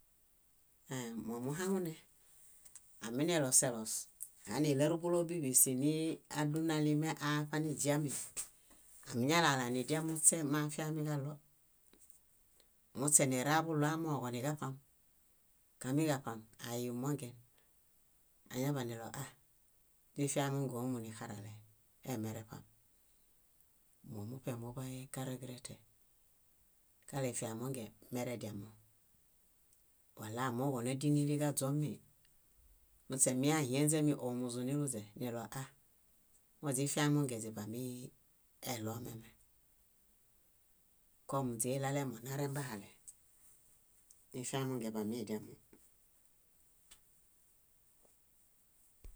. Ẽẽ momuhaŋune, aminiloseloos haniiɭeruḃulo bíḃi siniadunali miaṗaniźiami, amiñalalanidiamuśe moafiamiġaɭo muśe niraḃuɭoamooġo niġaṗam. Kamiġaṗam ayiḃumonge, añaḃaniɭo ah źifiamonge ómu nixarale eemereṗam. Momuṗe muḃay karegrete kaɭo ifiamonge merediamo. Walaamooġo nádiniliġaźomi muśe míahienźemi óo muzuniluźe niɭo ah moźifiamonge źibamiieɭomeme kom źiɭalemo narembahale, ifiamonge źibamidiamo.